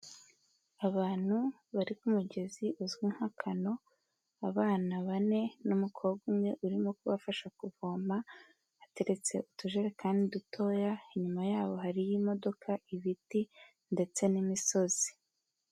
Abantu bari ku mugezi uzwi nka kano, abana bane n'umukobwa umwe urimo kubafasha kuvoma, hateretse utujerekani dutoya, inyuma yabo hari imodoka, ibiti ndetse n'imisozi.